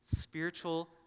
spiritual